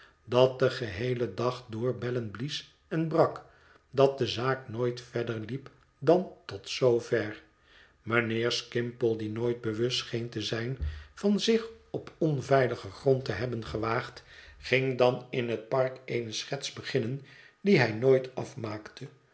dat den geheeïen dag door bellen blies en brak dat de zaak nooit verder liep dan tot zoover mijnheer skimpole die nooit bewust scheen te zijn van zich op onveiligen grond te hebben gewaagd ging dan in het park eene schets beginnen die hij nooit afmaakte